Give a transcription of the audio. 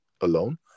alone